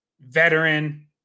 veteran